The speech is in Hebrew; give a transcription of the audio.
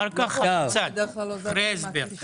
אחר כך, אחרי ההסבר.